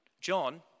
John